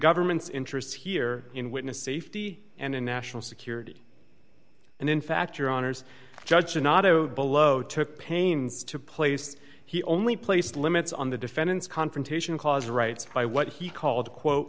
government's interests here in witness safety and in national security and in fact your honour's judge and below took pains to place he only place limits on the defendant's confrontation clause rights by what he called quote